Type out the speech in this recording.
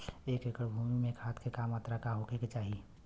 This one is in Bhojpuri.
एक एकड़ भूमि में खाद के का मात्रा का होखे के चाही?